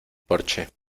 porche